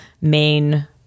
main